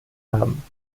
haben